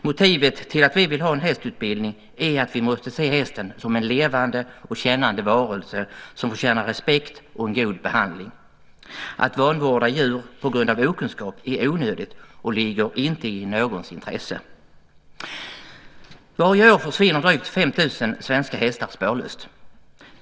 Motivet till att vi vill ha en hästutbildning är att vi måste se hästen som en levande och kännande varelse, som förtjänar respekt och god behandling. Att vanvårda djur på grund av okunskap är onödigt och ligger inte i någons intresse. Varje år försvinner drygt 5 000 svenska hästar spårlöst.